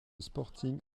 sporting